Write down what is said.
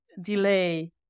delay